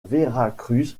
veracruz